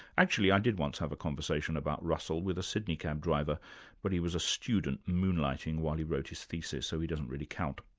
actually i did once have a conversation about russell with a sydney cab driver but he was a student moonlighting while he wrote his thesis so he doesn't really count.